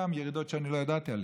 ירידות שאני לא ידעתי עליהן.